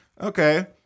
Okay